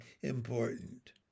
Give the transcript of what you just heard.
important